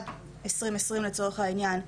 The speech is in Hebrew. עד 2020 לצורך העניין,